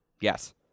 Yes